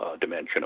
Dimension